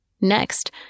Next